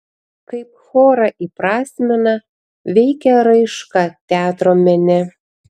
kaip chorą įprasmina veikia raiška teatro mene